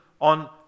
on